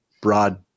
broad